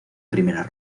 primeras